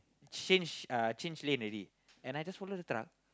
change uh change lane already and I just follow the truck